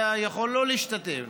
אתה לא יכול להשתתף.